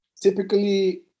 Typically